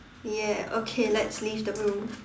ya okay let's leave the room